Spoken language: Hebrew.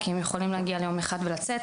כי הם יכולים להגיע ליום אחד ולצאת,